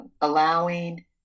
allowing